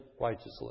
righteously